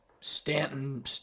Stanton